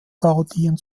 parodien